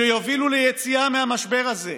שיובילו ליציאה מהמשבר הזה.